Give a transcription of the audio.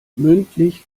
mündlich